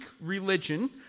religion